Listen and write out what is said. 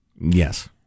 Yes